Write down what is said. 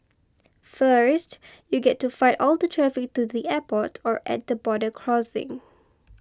first you get to fight all the traffic to the airport or at the border crossing